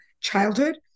childhood